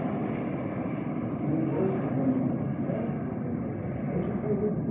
and to a degree worse with women then with men, because women are less educated,